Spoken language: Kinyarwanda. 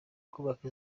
kubaka